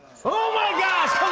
oh, my gosh!